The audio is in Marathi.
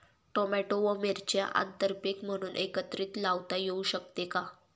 टोमॅटो व मिरची आंतरपीक म्हणून एकत्रित लावता येऊ शकते का?